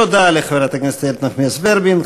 תודה לחברת הכנסת איילת נחמיאס ורבין.